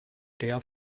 der